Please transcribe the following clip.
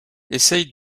essaye